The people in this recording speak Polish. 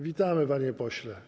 Witamy, panie pośle.